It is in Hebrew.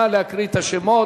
נא להקריא את השמות.